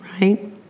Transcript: Right